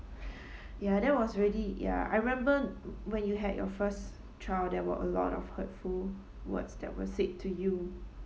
ya that was really ya I remember when you had your first child there were a lot of hurtful words that were said to you